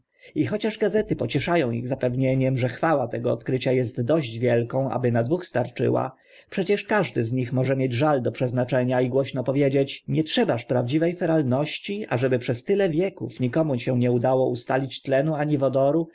i chociaż gazety pociesza ą ich zapewnieniem że chwała tego odkrycia est dość wielką aby na dwóch starczyła przecież każdy z nich może mieć żal do przeznaczenia i gorzko powiedzieć nie trzebaż prawdziwe feralności ażeby przez tyle wieków nikomu się nie udało ustalić tlenu ani